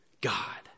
God